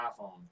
iPhone